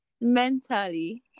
Mentally